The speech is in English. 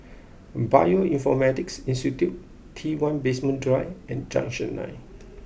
Bioinformatics Institute T one Basement Drive and Junction Nine